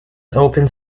opened